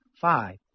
Five